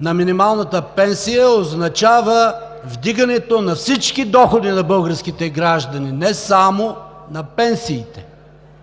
на минималната пенсия означава вдигането на всички доходи на българските граждани, не само на пенсиите.